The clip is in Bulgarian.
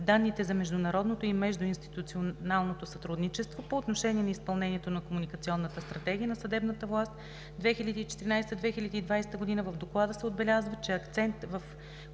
данните за международното и междуинституционалното сътрудничество. По отношение на изпълнението на Комуникационната стратегия на съдебната власт 2014 – 2020 г. в Доклада се отбелязва, че акцент в